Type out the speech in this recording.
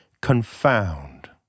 confound